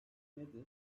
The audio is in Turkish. nedir